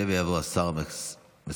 יעלה ויבוא השר המסכם,